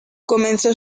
comenzó